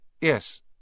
Yes